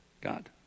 God